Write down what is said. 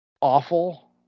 awful